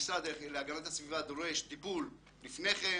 המשרד להגנת הסביבה דורש טיפול לפני כן,